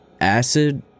acid